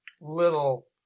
little